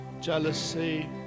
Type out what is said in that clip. jealousy